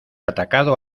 atacado